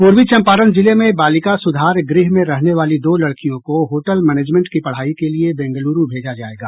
पूर्वी चम्पारण जिले में बालिका सुधार गृह में रहने वाली दो लड़कियों को होटल मैनेजमेंट की पढ़ाई के लिए बेंगलुरू भेजा जायेगा